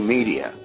Media